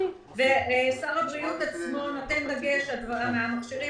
שר הבריאות עצמו נותן דגש על כך שהמכשירים